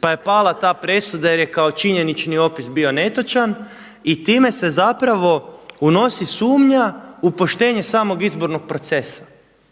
Pa je pala ta presuda jer je kao činjenični opis bio netočan i time se zapravo unosi sumnja u poštenje samog izbornog procesa.